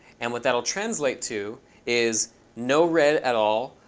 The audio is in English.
and what that will translate to is no red at all,